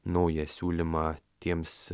naują siūlymą tiems